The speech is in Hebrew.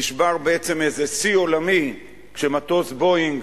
נשבר איזה שיא עולמי, כשמטוס "בואינג"